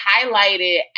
highlighted